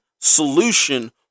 solution